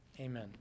Amen